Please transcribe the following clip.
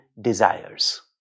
desires